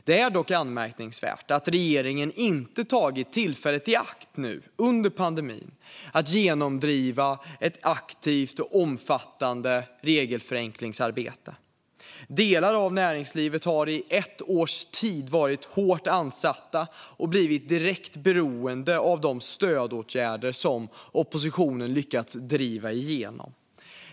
Det är dock anmärkningsvärt att regeringen inte har tagit tillfället i akt att nu, under pandemin, genomdriva ett aktivt och omfattande regelförenklingsarbete. Delar av näringslivet har i ett års tid varit hårt ansatta och blivit direkt beroende av de stödåtgärder som oppositionen lyckats driva igenom.